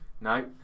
No